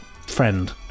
friend